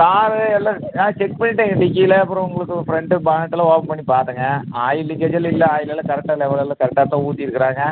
car வெளில ஆ check பண்ணிட்டேங்க டிக்கியில் அப்புறம் உங்களுக்கு ஃப்ரெண்ட்டு பேக்லாம் ஓப்பன் பண்ணி பார்த்தேங்க ஆயில் லீக்கேஜ் எல்லாம் இல்லை ஆயில் எல்லாம் கரெக்டாக லெவல் எல்லாம் கரெக்டாக தான் ஊத்தியிருக்குறாங்க